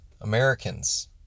Americans